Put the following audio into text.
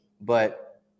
but-